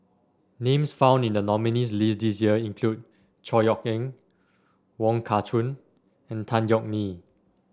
names found in the nominees' list this year include Chor Yeok Eng Wong Kah Chun and Tan Yeok Nee